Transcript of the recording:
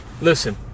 Listen